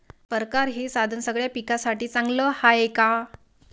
परकारं हे साधन सगळ्या पिकासाठी चांगलं हाये का?